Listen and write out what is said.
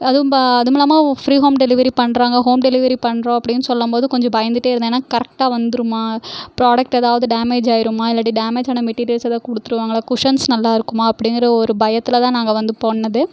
அதுவும் அது மூலமாக ஃப்ரீ ஹோம் டெலிவரி பண்ணுறாங்க ஹோம் டெலிவரி பண்ணுறோம் அப்படின்னு சொல்லும்போது கொஞ்சம் பயந்துகிட்டே இருந்தேன் ஏன்னால் கரெக்ட்டாக வந்துடுமா ப்ராடக்ட் ஏதாவது டேமேஜ் ஆகிருமா இல்லாட்டி டேமேஜ் ஆன மெட்டீரியல்ஸ் ஏதாவது கொடுத்துருவங்களா குஷன்ஸ் நல்லாயிருக்குமா அப்படிங்கிற ஒரு பயத்தில்தான் நாங்கள் வந்து போனது